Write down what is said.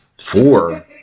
Four